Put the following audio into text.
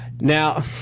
Now